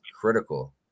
critical